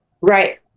right